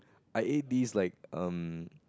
I ate this like um